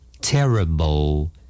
Terrible